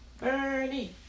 Bernie